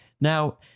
Now